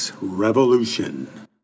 Revolution